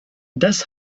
das